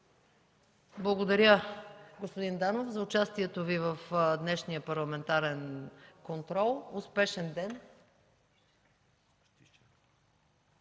Благодаря, господин Данов, за участието Ви в днешния парламентарен контрол. Успешен ден!